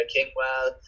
Kingwell